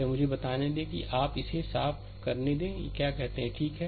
तो मुझे यह बताने दें कि आप इसे साफ करने दे क्या कहते हैं ठीक है